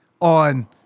on